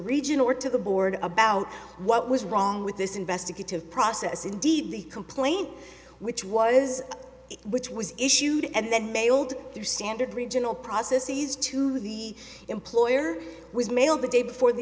region or to the board about what was wrong with this investigative process indeed the complaint which was which was issued and then mailed through standard regional processes to the employer was mailed the day before the